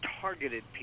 targeted